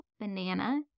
banana